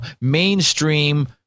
mainstream